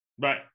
Right